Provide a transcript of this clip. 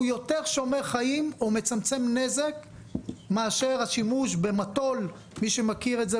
הוא יותר שומר חיים או מצמצם נזק מאשר השימוש במטול מי שמכיר את זה,